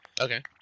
Okay